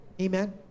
Amen